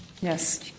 Yes